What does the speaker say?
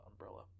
Umbrella